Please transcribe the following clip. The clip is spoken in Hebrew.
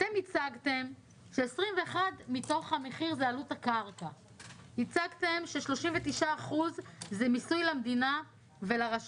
בירושלים עולה במשך 18 שנים מ-330,000 שקל ל-2